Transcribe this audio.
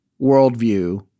worldview